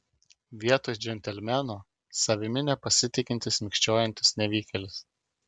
vietoj džentelmeno savimi nepasitikintis mikčiojantis nevykėlis